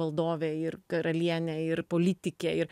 valdovė ir karalienė ir politikė ir